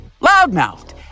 loudmouthed